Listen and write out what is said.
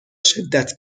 شدت